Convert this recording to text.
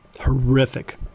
Horrific